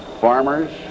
Farmers